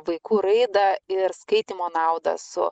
vaikų raidą ir skaitymo naudą su